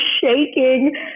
shaking